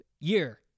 Year